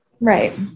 Right